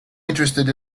interested